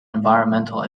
environmental